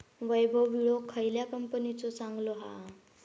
वैभव विळो खयल्या कंपनीचो चांगलो हा?